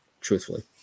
truthfully